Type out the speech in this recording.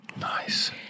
Nice